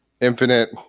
infinite